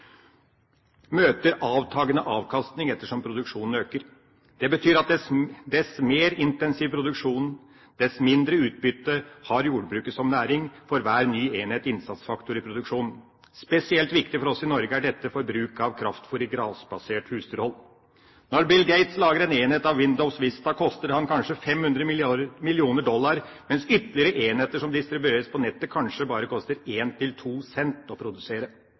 møter avtagende avkastning etter som produksjonen øker. Det betyr at jo mer intensiv produksjon, dess mindre utbytte har jordbruket som næring for hver ny enhet innsatsfaktor i produksjonen. Spesielt viktig for oss i Norge er dette for bruk av kraftfôr i grasbasert husdyrhold. Når Bill Gates lager en enhet av Windows Vista, koster det ham kanskje 500 millioner dollar, mens ytterligere enheter som distribueres på nettet, kanskje bare koster 1 til 2 cent å produsere.